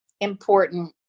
important